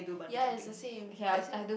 yea it's the same actually I was